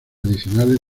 adicionales